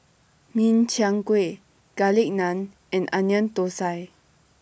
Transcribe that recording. Min Chiang Kueh Garlic Naan and Onion Thosai